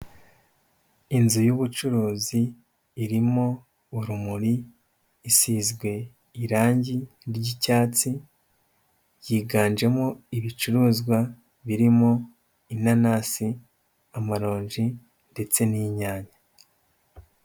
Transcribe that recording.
Inzu y'ubucuruzi, irimo urumuri, isizwe irangi ry'icyatsi, higanjemo ibicuruzwa birimo inanasi, amaronji ndetse n'inyanya.